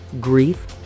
grief